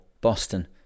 Boston